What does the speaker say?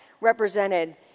represented